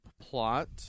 plot